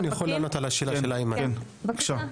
יכול לענות על השאלה של היושב-ראש איימן